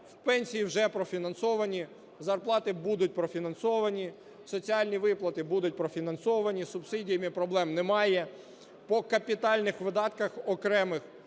пенсії вже профінансовані, зарплати будуть профінансовані, соціальні виплати будуть профінансовані, з субсидіями проблем немає. По капітальних видатках окремих